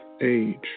age